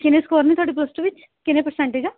ਕਿੰਨੇ ਸਕੋਰ ਨੇ ਤੁਹਾਡੇ ਪਲੱਸ ਟੂ ਵਿੱਚ ਕਿੰਨੇ ਪ੍ਰਸੈਂਟਏਜ਼ ਹੈ